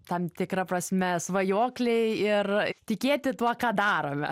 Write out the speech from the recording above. tam tikra prasme svajokliai ir tikėti tuo ką darome